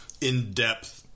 in-depth